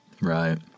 Right